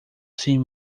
sem